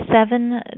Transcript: seven